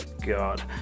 God